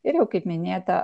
ir jau kaip minėta